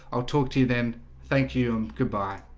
i'll talk to you then thank you, and goodbye